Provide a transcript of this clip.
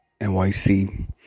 NYC